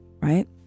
right